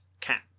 cat